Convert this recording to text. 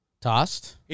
Tossed